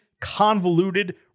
convoluted